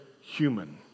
human